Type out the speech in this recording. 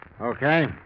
Okay